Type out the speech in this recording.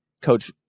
Coach